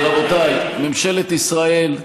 רבותיי, ממשלת ישראל,